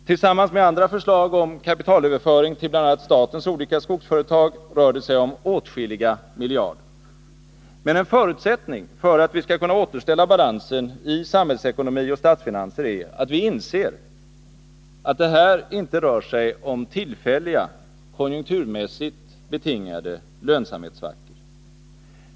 Tillsammans med andra förslag om kapitalöverföring till bl.a. statens olika skogsföretag rör det sig om åtskilliga miljarder. Men en förutsättning för att vi skall kunna återställa balansen i samhällsekonomi och statsfinanser är att vi inser att det här inte rör sig om tillfälliga, konjunkturmässigt betingade lönsamhetssvackor.